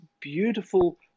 beautiful